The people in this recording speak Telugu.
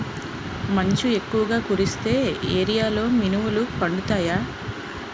మంచు ఎక్కువుగా కురిసే ఏరియాలో మినుములు పండుతాయా?